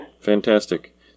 Fantastic